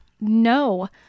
no